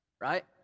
right